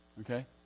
Okay